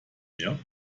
mehr